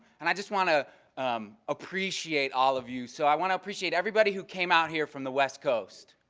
and i just want to appreciate all of you. so i want to appreciate everybody who came out here from the west coast.